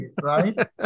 right